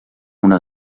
una